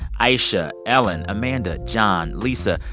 ayesha, ellen, amanda, jon, lisa,